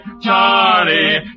Charlie